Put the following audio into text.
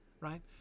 right